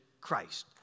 Christ